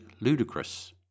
ludicrous